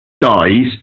dies